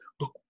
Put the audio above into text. look